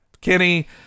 Kenny